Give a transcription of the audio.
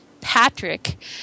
Patrick